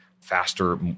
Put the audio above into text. faster